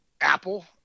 apple